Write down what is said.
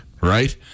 right